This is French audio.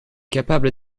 capable